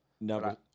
No